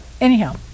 anyhow